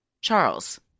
Charles